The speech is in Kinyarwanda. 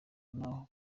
naho